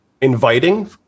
inviting